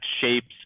shapes